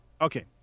Okay